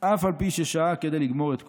אף על פי ששהה כדי לגמור את כולה,